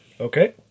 Okay